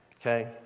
Okay